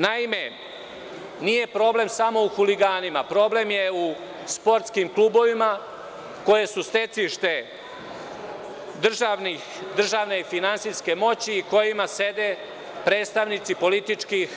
Naime, nije problem samo u huliganima, problem je u sportskim klubovima koji su stecište državne finansijske moći u kojima sede predstavnici političkih